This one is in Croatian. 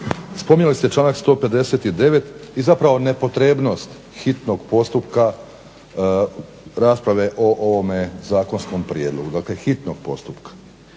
spominjali ste članak 159. i zapravo nepotrebnost hitnog postupka rasprave o ovome zakonskom prijedlogu, hitnost.